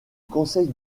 conseil